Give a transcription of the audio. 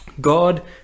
god